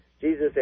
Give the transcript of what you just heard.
jesus